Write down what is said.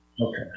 okay